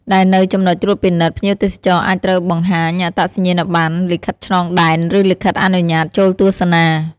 ដែលនៅ ចំណុចត្រួតពិនិត្យ ភ្ញៀវទេសចរណ៍អាចត្រូវបង្ហាញអត្តសញ្ញាណប័ណ្ណ លិខិតឆ្លងដែន ឬលិខិតអនុញ្ញាត ចូលទស្សនា។